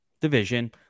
division